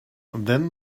then